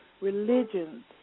religions